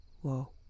whoa